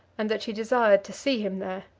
and that she desired to see him there.